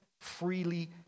freely